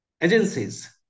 agencies